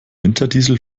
winterdiesel